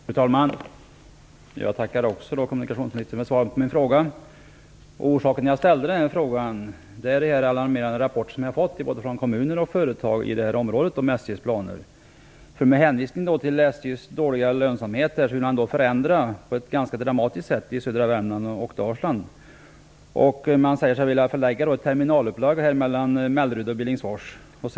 Fru talman! Jag tackar också kommunikationsministern för svaret på min fråga. Orsaken till att jag ställde frågan är de alarmerande rapporter vi har fått från både kommuner och företag i området om SJ:s planer. Med hänvisning till SJ:s dåliga lönsamhet vill man förändra på ett ganska dramatiskt sätt i södra Värmland och Dalsland. Man säger sig vilja förlägga ett terminalupplag mellan Mellerud och Billingsfors.